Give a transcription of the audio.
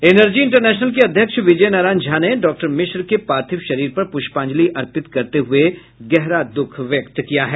energy International के अध्यक्ष विजय नारायण झा ने डाक्टर मिश्र के पार्थिव शरीर पर पुष्पांजलि अर्पित करते हुए गहरा दुःख व्यक्त किया है